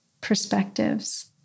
perspectives